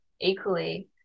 equally